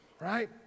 right